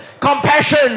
compassion